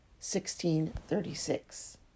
1636